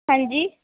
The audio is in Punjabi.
ਹਾਂਜੀ